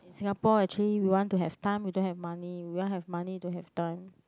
in Singapore actually we want to have time we don't have money we want have money we don't have time